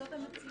זאת המציאות.